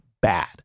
bad